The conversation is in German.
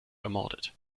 ermordet